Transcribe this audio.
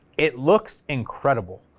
it looks incredible,